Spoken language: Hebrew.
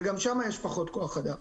וגם שם יש פחות כוח-אדם.